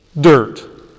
dirt